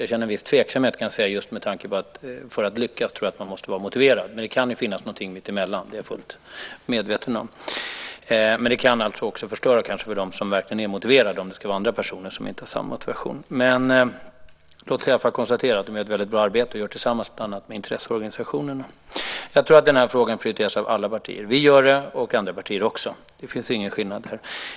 Jag känner viss tveksamhet, kan jag säga, just med tanke på att jag tror att man för att lyckas måste vara motiverad. Det kan ju finnas någonting mitt emellan, det är jag fullt medveten om, men det kan alltså också kanske förstöra för dem som verkligen är motiverade om det ska gälla andra personer som inte har samma motivation. Låt mig i alla fall konstatera att man där gör ett väldigt bra arbete och gör det bland annat tillsammans med intresseorganisationer. Jag tror att den här frågan prioriteras av alla partier. Vi prioriterar den, och andra partier gör det också. Det finns ingen skillnad här.